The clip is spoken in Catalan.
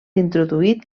introduït